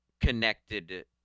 connected